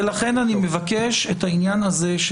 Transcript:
ולכן אני מבקש את העניין הזה,